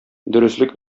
дөреслек